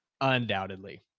Undoubtedly